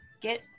get